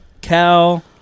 Cal